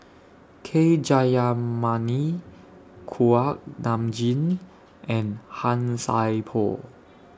K Jayamani Kuak Nam Jin and Han Sai Por